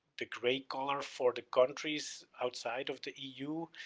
the grey colour for the countries outside of the eu.